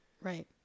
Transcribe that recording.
Right